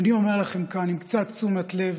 אני אומר לכם כאן: עם קצת תשומת לב